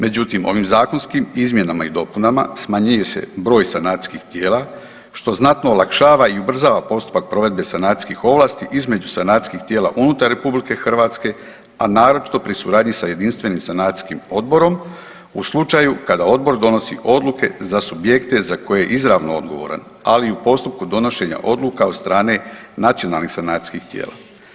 Međutim, ovim zakonskim izmjenama i dopunama smanjuje se broj sanacijskih tijela što znatno olakšava i ubrzava postupak provedbe sanacijskih ovlasti između sanacijskih tijela unutar RH, a naročito pri suradnji sa Jedinstvenim sanacijskim odborom u slučaju kada odbor donosi odluke za subjekte za koje je izravno odgovoran, ali i u postupku donošenja odluka od strane nacionalnih sanacijskih tijela.